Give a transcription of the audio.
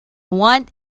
want